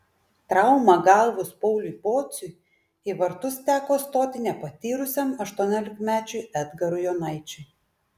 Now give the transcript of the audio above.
traumą gavus pauliui pociui į vartus teko stoti nepatyrusiam aštuoniolikmečiui edgarui jonaičiui